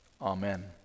Amen